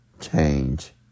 change